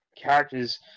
characters